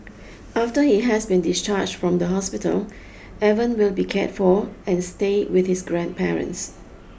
after he has been discharged from the hospital Evan will be cared for and stay with his grandparents